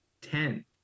ten